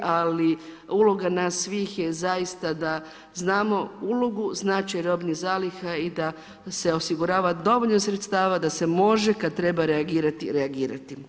Ali uloga nas svih je da znamo ulogu, značaj robnih zaliha i da se osigurava dovoljno sredstava da se može kada treba reagirati-reagirati.